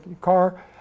car